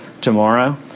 tomorrow